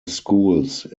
schools